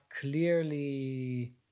clearly